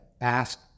ask